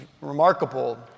remarkable